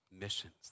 missions